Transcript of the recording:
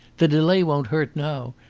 the delay won't hurt now.